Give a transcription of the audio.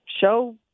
show